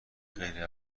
غیر